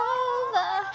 over